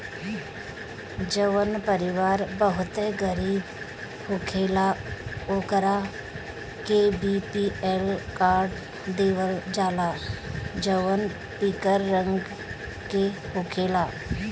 जवन परिवार बहुते गरीब होखेला ओकरा के बी.पी.एल कार्ड देवल जाला जवन पियर रंग के होखेला